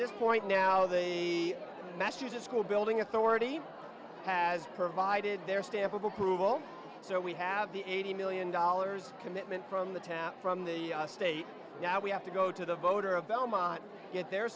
this point now they masters a school building authority has provided their stamp of approval so we have the eighty million dollars commitment from the tap from the state now we have to go to the voter of belmont to get their